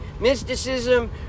mysticism